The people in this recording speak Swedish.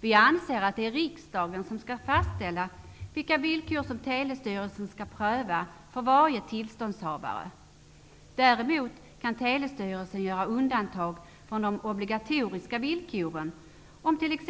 Vi anser att riksdagen skall fastställa vilka villkor Telestyrelsen skall pröva för varje tillståndshavare. Däremot kan Telestyrelsen göra undantag från de obligatoriska villkoren, t.ex.